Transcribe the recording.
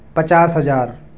پچاس ہزار